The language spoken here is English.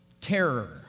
terror